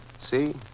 See